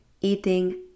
eating